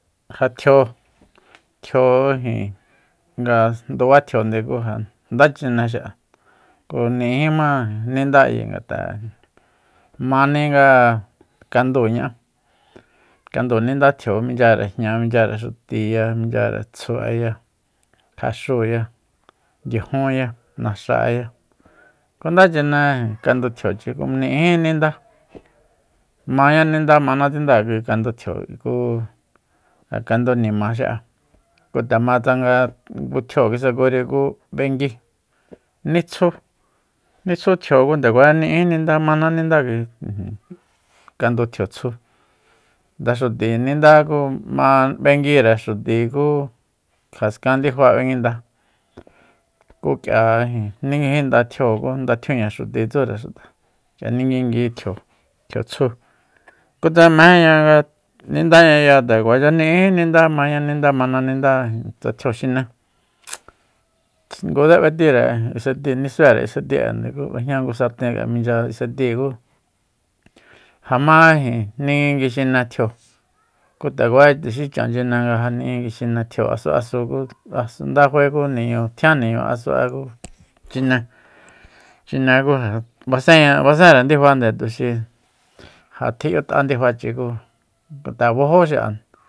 Ja tjio- tjio ijin nga nduba tjionde nga ku ja nda chine xi'a ku ni'ijima ninda ayi ngat'a mani nga kandu ña'á kandu ninda tjio minchyare jña michyare xutiya minchyare tsju'eya jaxúuya ndiajunya naxaya ku nda chine kandu tjiochi ku ni'ijí ninda maña ninda mana tsinda kui kandu tjio ayi ku ja kandu nima xi'a ku nde ma tsanga ngu tjio kisakuri ku b'engui nitsjú nitsjú tjio ku nde kuacha ni'ijí ninda mana ninda kui ijin kandu tjio tsju ndaxuti ninda ku ma b'enguire xuti ku jaskan ndifa b'enguinda ku k'ia ninguijin nguinda tjio ku ndatjiuña xuti tsúre xuta k'ia ninguingui tjio tjiotsju ku tsanga mejenña nindañaya nde kuacha ni'ijí ninda mañaninda mananinda tsa tjio xiné ngutse b'etire isetíi nisuere iseti'ende ku b'ejña ngu sarten k'ia minchyare iseti ku ja ma ijin ninguinguixine tjio ku nde kuacha tuxi chan chine nga ja ninguingui xine tjio asu'asu ku aasu nda fae ku niñu tjian niñu asu'e ku chine- chine ku ja basenña basenre ndifande k'ia tuxi ja tji'yu'ta ndifachi ku ngat'a bajó xi'a